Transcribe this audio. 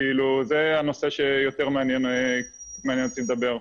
זה הנושא שיותר מעניין אותי לדבר עליו.